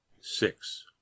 six